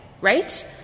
right